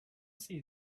see